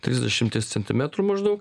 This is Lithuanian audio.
trisdešimties centimetrų maždaug